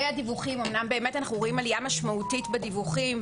אמנם אנחנו רואים עלייה משמעותית בדיווחים,